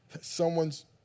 someone's